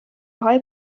های